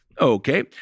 Okay